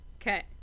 Okay